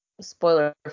spoiler